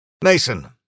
Mason